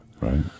right